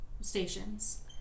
stations